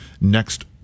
next